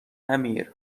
نمیر